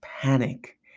panic